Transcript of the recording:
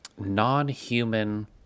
non-human